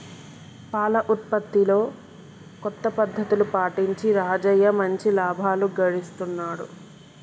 పాల ఉత్పత్తిలో కొత్త పద్ధతులు పాటించి రాజయ్య మంచి లాభాలు గడిస్తున్నాడు